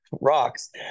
rocks